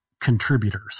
contributors